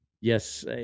yes